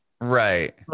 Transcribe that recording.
Right